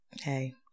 hey